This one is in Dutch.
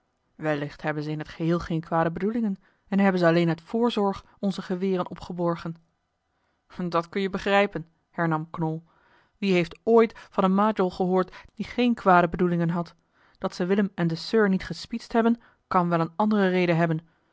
wellicht hebben ze in het eli heimans willem roda geheel geen kwade bedoelingen en hebben ze alleen uit voorzorg onze geweren opgeborgen dat kun je begrijpen hernam knol wie heeft ooit van een majol gehoord die geen kwade bedoelingen had dat ze willem en den sir niet gespietst hebben kan wel eene andere reden hebben